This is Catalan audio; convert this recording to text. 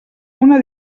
una